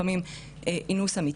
אם יורשה לי,